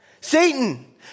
Satan